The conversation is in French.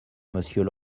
monsieur